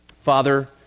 Father